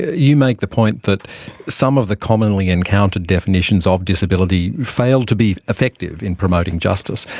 you make the point that some of the commonly encountered definitions of disability fail to be effective in promoting justice.